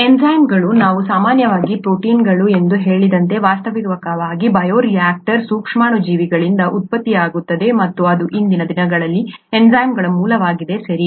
ಎನ್ಝೈಮ್ಗಳು ನಾವು ಸಾಮಾನ್ಯವಾಗಿ ಪ್ರೋಟೀನ್ಗಳು ಎಂದು ಹೇಳಿದಂತೆ ವಾಸ್ತವವಾಗಿ ಬಯೋ ರಿಯಾಕ್ಟರ್ಗಳಲ್ಲಿನ ಸೂಕ್ಷ್ಮಾಣುಜೀವಿಗಳಿಂದ ಉತ್ಪತ್ತಿಯಾಗುತ್ತವೆ ಮತ್ತು ಅದು ಇಂದಿನ ದಿನಗಳಲ್ಲಿ ಎನ್ಝೈಮ್ಗಳ ಮೂಲವಾಗಿದೆ ಸರಿ